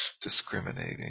discriminating